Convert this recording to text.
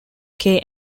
kay